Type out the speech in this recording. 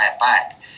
back